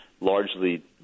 largely